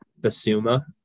Basuma